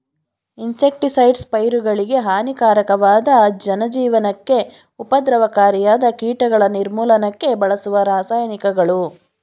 insecticides ಪೈರುಗಳಿಗೆ ಹಾನಿಕಾರಕವಾದ ಜನಜೀವನಕ್ಕೆ ಉಪದ್ರವಕಾರಿಯಾದ ಕೀಟಗಳ ನಿರ್ಮೂಲನಕ್ಕೆ ಬಳಸುವ ರಾಸಾಯನಿಕಗಳು